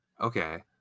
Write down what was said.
Okay